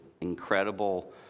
incredible